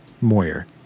Moyer